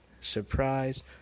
Surprise